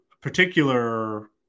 particular